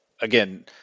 again